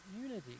unity